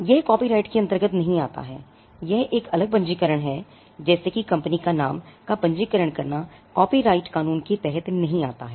यह कॉपीराइट के अंतर्गत नहीं आता है यह एक अलग पंजीकरण है जैसे कि कंपनी का नाम का पंजीकरण करना कॉपीराइट कानून के तहत नहीं आता है